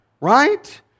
Right